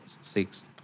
six